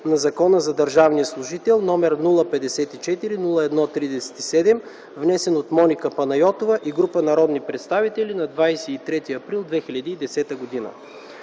на Закона за държавния служител, № 054-01-37, внесен от Моника Панайотова и група народни представители на 23 април 2010 г.